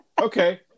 Okay